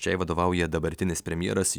šiai vadovauja dabartinis premjeras